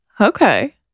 Okay